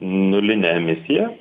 nulinė emisija